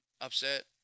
upset